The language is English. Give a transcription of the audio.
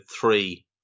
three